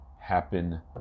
happen